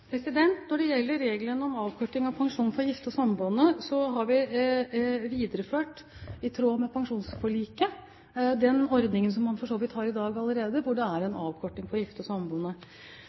lavtlønte? Når det gjelder reglene om avkorting av pensjon for gifte og samboende, har vi, i tråd med pensjonsforliket, videreført den ordningen man for så vidt allerede har i dag, hvor det er en avkorting for gifte og samboende.